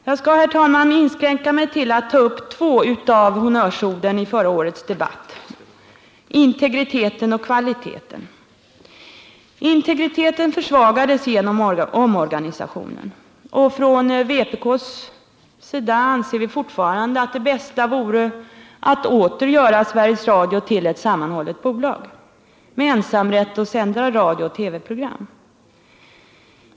Jag skall, herr talman, inskränka mig till att ta upp två av honnörsorden i förra årets debatt — integriteten och kvaliteten. Integriteten försvagades genom omorganisationen. Från vpk:s sida anser vi fortfarande att det bästa vore att åter göra Sveriges Radio till ett sammanhållet bolag med ensamrätt att sända radiooch TV-program.